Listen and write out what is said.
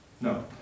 No